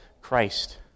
Christ